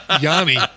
Yanni